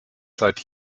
seit